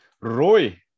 Roy